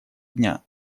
дня